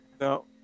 No